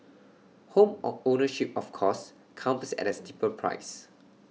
home of ownership of course comes at A steeper price